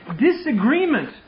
disagreement